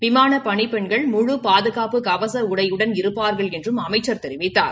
விமானப் பணிப்பெண்கள் முழு பாதுகாப்பு கவச உடையுடன் இருப்பார்கள் என்றும் அமைச்சா் தெரிவித்தார்